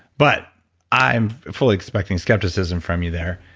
but i'm fully expecting skepticism from you there.